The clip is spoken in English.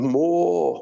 more